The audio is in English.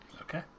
Okay